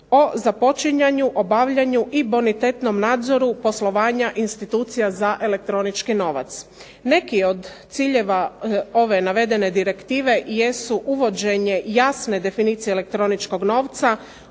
o započinjanju, obavljanju, i bonitetnom nadzoru poslovanja institucija za elektronički novac. Neki od ciljeva ove navedene direktive jesu uvođenje jasne definicije elektroničkog novca,